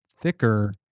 thicker